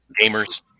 Gamers